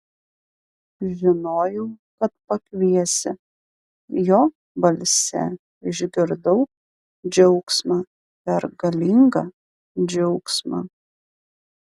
žinojau kad pakviesi jo balse išgirdau džiaugsmą pergalingą džiaugsmą